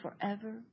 forever